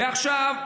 ועכשיו,